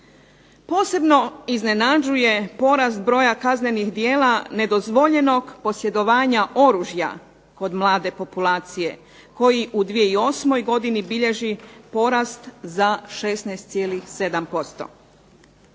Posebno iznenađuje porast broja kaznenih djela nedozvoljenog posjedovanja oružja kod mlade populacije koji u 2008. godini bilježi porast za 16,7%.